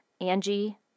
Angie